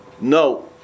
No